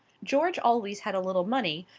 george always had a little money,